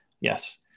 yes